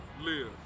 live